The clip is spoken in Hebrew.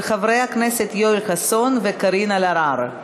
של חברי הכנסת יואל חסון וקארין אלהרר.